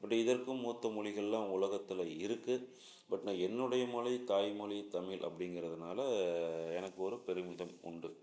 அப்படி இதற்கும் மூத்த மொலிகள்லாம் உலகத்தில் இருக்குது பட் நான் என்னுடைய மொழி தாய்மொழி தமிழ் அப்டிங்கிறதுனால எனக்கு ஒரு பெருமிதம் உண்டு